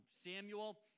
samuel